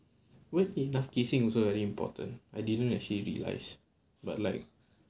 well enough casing also very important I didn't actually realise but like